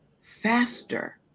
faster